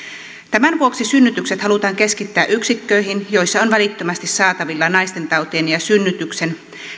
tämän vuoksi synnytykset halutaan keskittää yksiköihin joissa on välittömästi saatavilla naistentautien ja synnytyksen